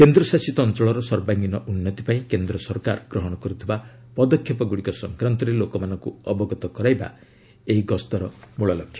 କେନ୍ଦ୍ରଶାସିତ ଅଞ୍ଚଳର ସର୍ବାଙ୍ଗୀନ ଉନ୍ନତି ପାଇଁ କେନ୍ଦ୍ର ସରକାର ଗ୍ରହଣ କରୁଥିବା ପଦକ୍ଷେପଗୁଡ଼ିକ ସଂକ୍ରାନ୍ତରେ ଲୋକମାନଙ୍କୁ ଅବଗତ କରାଇବା ଏହି ଗସ୍ତର ମୂଳ ଲକ୍ଷ୍ୟ